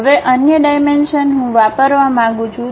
હવે અન્ય ડાઇમેંશનહું વાપરવા માંગુ છું